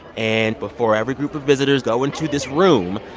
and before every group of visitors go into this room,